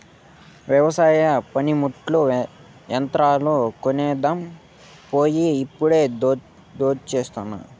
వెవసాయ పనిముట్లు, యంత్రాలు కొనేదాన్ పోయి ఇప్పుడొచ్చినా